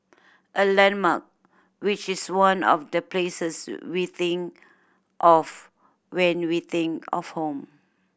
a landmark which is one of the places we think of when we think of home